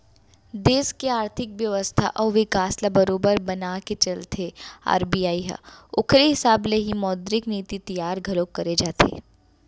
देस के आरथिक बेवस्था अउ बिकास ल बरोबर बनाके चलथे आर.बी.आई ह ओखरे हिसाब ले ही मौद्रिक नीति तियार घलोक करे जाथे